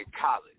college